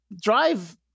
Drive